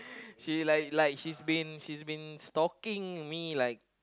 she like like she being she being stalking me like